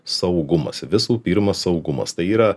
saugumas visų pirma saugumas tai yra